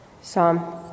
Psalm